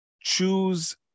choose